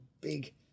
big